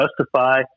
justify